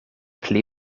pli